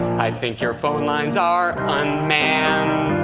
i think your phone lines are unmanned.